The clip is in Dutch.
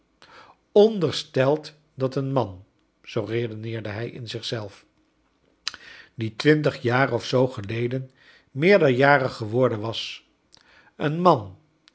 onderstelt dat een man zoo redeneerde hij in zichzelf die twintig jaar of zoo geleden meerderjarig geworden was een man